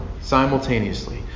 simultaneously